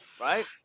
right